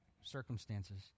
circumstances